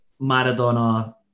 Maradona